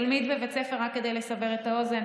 רק כדי לסבר את האוזן,